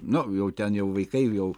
nu jau ten jau vaikai jau